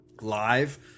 live